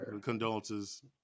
Condolences